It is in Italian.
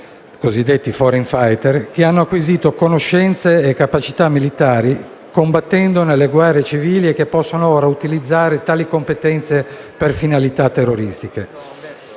cosiddetti *foreign fighter*, che hanno acquisito conoscenze e capacità militari combattendo nelle guerre civili e che possono ora utilizzare tali competenze per finalità terroristiche.